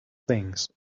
things